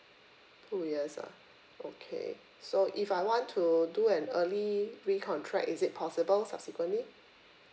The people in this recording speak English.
two years ah okay so if I want to do an early recontract is it possible subsequently